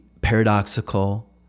paradoxical